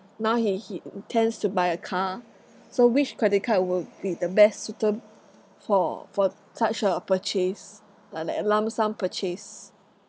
now he he intends to buy a car so which credit card will be the best suitab~ for for such a purchase uh like a lump sum purchase